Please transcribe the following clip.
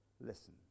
listen